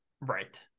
right